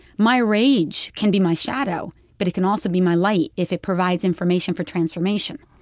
my rage can be my shadow, but it can also be my light if it provides information for transformation.